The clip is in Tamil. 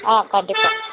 ஆ கண்டிப்பாக